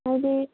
ꯍꯥꯏꯗꯤ